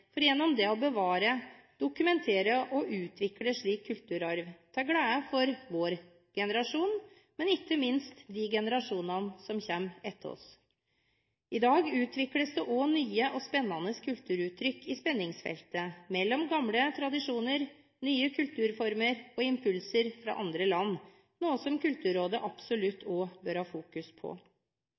for derved å bevare, dokumentere og utvikle slik kulturarv til glede for vår generasjon, og ikke minst de generasjonene som kommer etter oss. I dag utvikles det også nye og spennende kulturuttrykk i spenningsfeltet mellom gamle tradisjoner, nye kulturformer og impulser fra andre land, noe som Kulturrådet absolutt også bør ha fokus på.